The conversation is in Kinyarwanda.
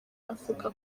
africa